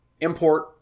import